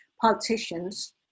politicians